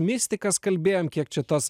mistikas kalbėjom kiek čia tos